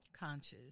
Conscious